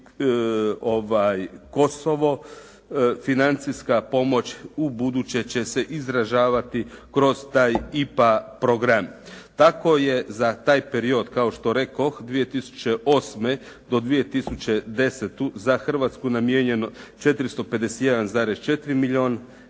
i Kosovo. Financijska pomoć u buduće će se izražavati kroz taj IPA program. Tako je za taj period kao što rekoh 2008. do 2010. za Hrvatsku namijenjeno 451,4 milijun